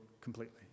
completely